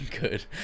good